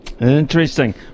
Interesting